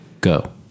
go